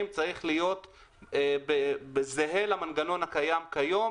צריך להיות זהה למנגנון הקיים כיום,